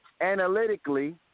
analytically